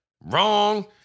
wrong